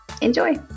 enjoy